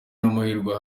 n’amahirwe